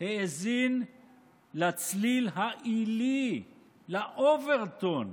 האזין לצליל העילי, לאוברטון,